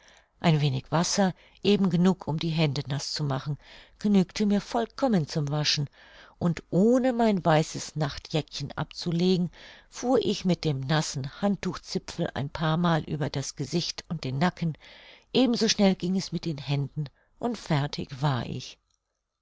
ein wenig wasser eben genug um die hände naß zu machen genügte mir vollkommen zum waschen und ohne mein weißes nachtjäckchen abzulegen fuhr ich mit dem nassen handtuchzipfel ein paar mal über das gesicht und den nacken ebenso schnell ging es mit den händen und fertig war ich